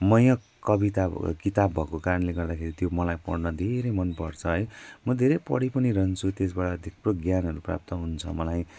मयक कविता किताब भएको कारणले गर्दाखेरि त्यो मलाई पढ्न धेरै मनपर्छ है म धेरै पढी पनि रहन्छु त्यसबाट थुप्रो ज्ञानहरू प्राप्त हुन्छ मलाई